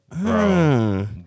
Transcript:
Bro